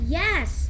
yes